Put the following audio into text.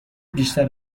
بیشتر